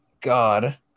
God